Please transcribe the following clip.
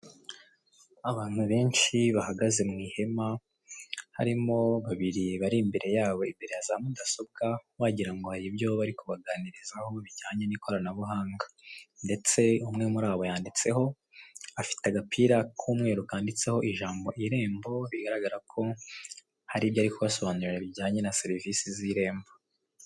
Abantu benshi bahagaze mu ihema, harimo babiri bari imbere yabo imbere ya za mudasobwa, wagirango ngo hari ibyo bari kubaganirizaho bijyanye n'ikoranabuhanga, ndetse umwe muri abo yanditseho, afite agapira k'umweru kanditseho ijambo irembo bigaragara ko hari ibyo ari kubasobanurira bijyanye na serivisi z'irembo.